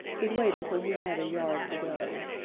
he'd wait until he had a yard to go.